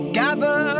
gather